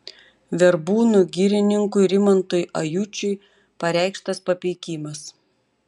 verbūnų girininkui rimantui ajučiui pareikštas papeikimas